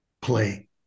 play